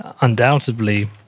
undoubtedly